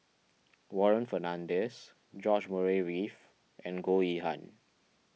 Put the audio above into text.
Warren Fernandez George Murray Reith and Goh Yihan